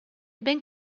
ben